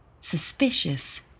suspicious